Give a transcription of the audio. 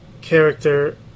character